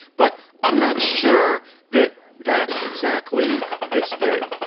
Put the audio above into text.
but i'm not sure that that's exactly this day.